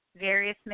various